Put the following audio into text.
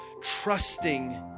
trusting